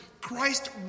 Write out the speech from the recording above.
Christ